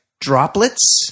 droplets